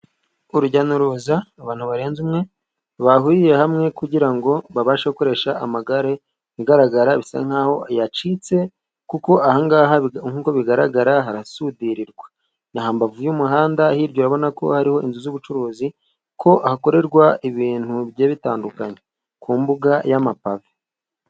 Urujya n'uruza abantu barenze umwe bahuriye hamwe kugira ngo babashe gukoresha amagare, ikigaragara bisa nk'aho yacitse kuko ahangaha nk'uko bigaragara harasudirirwa ntambago y'umuhanda, hirya ubona ko hariho inzu z'ubucuruzi ko hakorerwa ibintu bigiye bitandukanye ku mbuga y'amapavi.